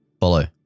follow